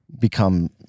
become